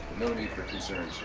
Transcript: no need for concern,